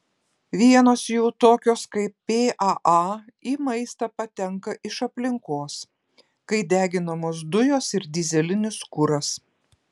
vienos jų tokios kaip paa į maistą patenka iš aplinkos kai deginamos dujos ir dyzelinis kuras